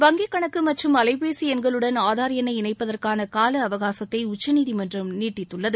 வங்கிக்கணக்கு மற்றும் அலைபேசி எண்களுடன் ஆதார் எண்ணை இணைப்பதற்கான காலஅவகாசத்தை உச்சநீதிமன்றம் நீட்டித்துள்ளது